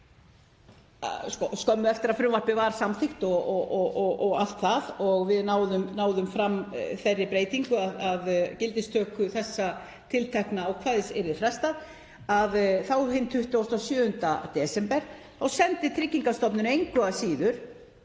skömmu eftir að frumvarpið var samþykkt og allt það og við náðum fram þeirri breytingu að gildistöku þessa tiltekna ákvæðis yrði frestað, hinn 27. desember, sendi Tryggingastofnun engu að síður